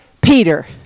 Peter